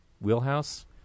wheelhouse